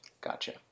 Gotcha